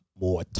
more